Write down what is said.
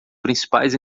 principais